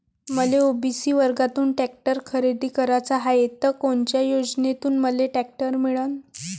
मले ओ.बी.सी वर्गातून टॅक्टर खरेदी कराचा हाये त कोनच्या योजनेतून मले टॅक्टर मिळन?